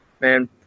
Man